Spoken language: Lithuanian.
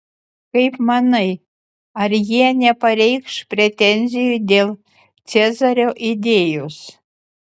kaip manai ar jie nepareikš pretenzijų dėl cezario idėjos